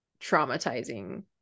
traumatizing